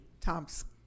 Thompson